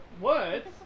Words